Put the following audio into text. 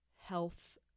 health